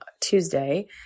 Tuesday